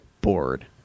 board